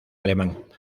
alemán